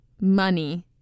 money